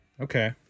Okay